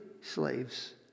slaves